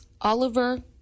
Oliver